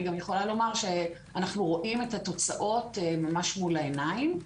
אני גם יכולה לומר שאנחנו רואים את התוצאות ממש מול העיניים.